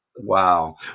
Wow